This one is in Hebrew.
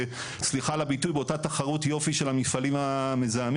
סליחה על הביטוי באותה תחרות יופי של המפעלים המזהמים,